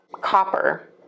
copper